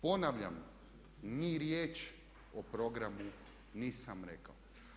Ponavljam ni riječ o programu nisam rekao.